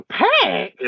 pack